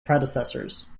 predecessors